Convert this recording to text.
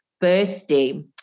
birthday